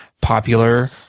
popular